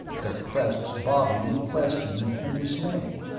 their crests bobbing in question and dismay.